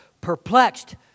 perplexed